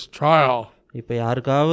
trial